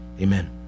Amen